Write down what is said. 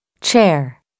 Chair